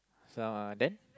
some are then